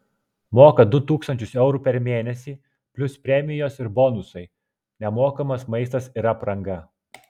moka du tūkstančius eurų per mėnesį plius premijos ir bonusai nemokamas maistas ir apranga